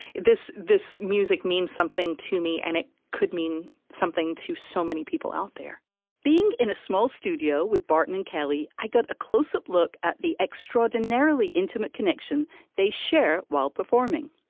this this music means something to me and it could mean something to so many people out there being in a small studio with barton and kelly i got a close up look at the extraordinarily intimate connection they share while performing.